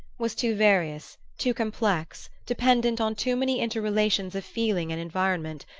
was too various, too complex, dependent on too many inter-relations of feeling and environment,